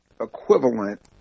equivalent